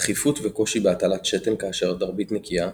תכיפות וקושי בהטלת שתן כאשר התרבית נקייה,